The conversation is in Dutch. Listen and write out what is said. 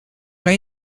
kan